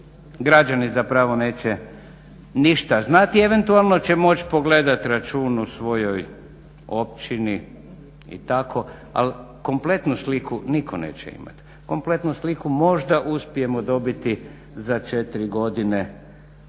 građani zapravo neće ništa znati, eventualno će moći pogledat račun u svojoj općini i tako ali kompletnu sliku nitko neće imati. Kompletnu sliku možda uspijemo dobiti za 4 godine